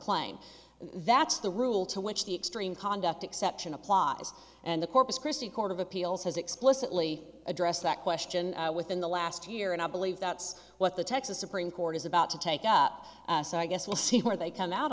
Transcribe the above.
claim that's the rule to which the extreme conduct exception applies and the corpus christi court of appeals has explicitly addressed that question within the last year and i believe that's what the texas supreme court is about to take up so i guess we'll see where they come out